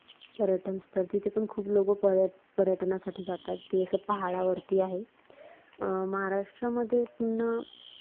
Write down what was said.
पर्यटन स्थळ तिथे पण खूप लोक पर्य पर्यटनासाठी जातात ते असं पहाडावरती आहे महाराष्ट्रामध्ये पुन्हा